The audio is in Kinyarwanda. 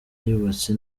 yubatse